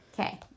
okay